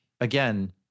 again